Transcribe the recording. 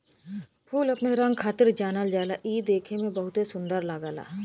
फूल अपने रंग खातिर जानल जाला इ देखे में बहुते सुंदर लगला